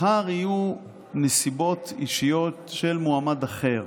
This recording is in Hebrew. מחר יהיו נסיבות אישיות של מועמד אחר